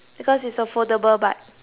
because it's a foldable bike